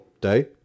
day